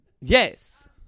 Yes